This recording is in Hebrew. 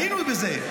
היינו בזה,